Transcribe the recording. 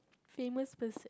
famous